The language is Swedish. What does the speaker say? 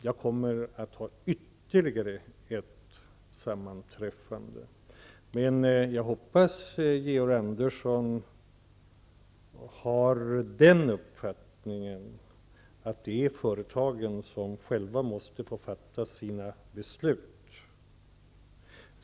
Jag kommer att ha ytterligare ett sammanträffade, men jag hoppas att Georg Andersson har den uppfattningen att företagen måste få fatta sina beslut själva.